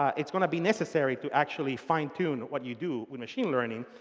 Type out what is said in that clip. it's going to be necessary to actually fine-tune what you do with machine learning.